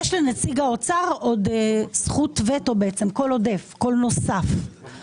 לנציג האוצר יש עוד זכות וטו, קול עודף, קול נוסף.